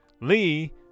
Lee